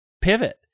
pivot